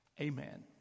Amen